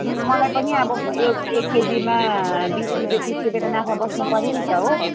मलाई पनि अब एक एक केजीमा बिस रुपियाँ तिस रुपियाँको नाफा बस्नुपर्यो नि त हो